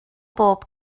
bob